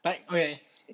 banh mi